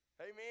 Amen